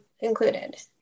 included